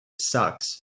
sucks